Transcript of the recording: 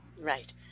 right